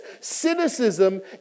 Cynicism